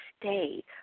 stay